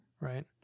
Right